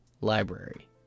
library